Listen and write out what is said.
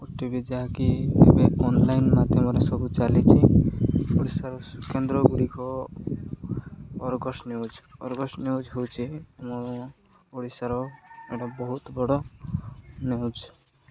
OTV ଯାହାକି ଏବେ online ମାଧ୍ୟମରେ ସବୁ ଚାଲିଛି ଓଡ଼ିଶାର କେନ୍ଦ୍ର ଗୁଡ଼ିକ ଅର୍ଗସ ନ୍ୟୁଜ୍ ଅର୍ଗସ ନ୍ୟୁଜ୍ ହଉଛି ଆମ ଓଡ଼ିଶାର ଗୋଟେ ବହୁତ ବଡ଼ ନ୍ୟୁଜ୍